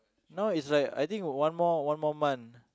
now is like I think one more one more month